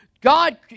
God